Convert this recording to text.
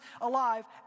alive